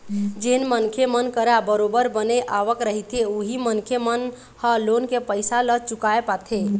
जेन मनखे मन करा बरोबर बने आवक रहिथे उही मनखे मन ह लोन के पइसा ल चुकाय पाथे